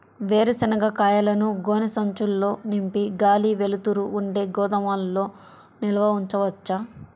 వేరుశనగ కాయలను గోనె సంచుల్లో నింపి గాలి, వెలుతురు ఉండే గోదాముల్లో నిల్వ ఉంచవచ్చా?